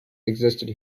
existed